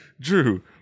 Drew